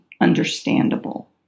understandable